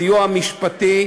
הסיוע המשפטי,